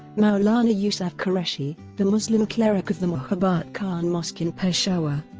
maulana yousaf qureshi, the muslim cleric of the mohabaat khan mosque in peshawar,